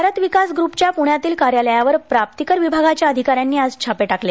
भारत विकास ग्रूपच्या पुण्यातील कार्यालयावर प्राप्तीकर विभागाच्या अधिकाऱ्यांनी आज छापे टाकले